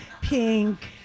pink